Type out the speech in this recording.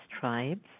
tribes